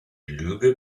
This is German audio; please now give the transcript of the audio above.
lüge